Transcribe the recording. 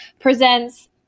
presents